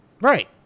Right